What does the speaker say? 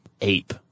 ape